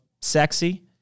sexy